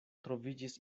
troviĝis